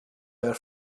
our